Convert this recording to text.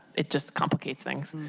it just complement things.